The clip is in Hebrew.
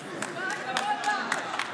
כל הכבוד לה.